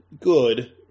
good